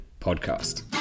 podcast